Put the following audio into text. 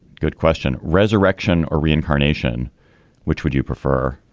good question. resurrection or reincarnation which would you prefer.